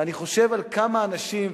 ואני חושב על כמה אנשים,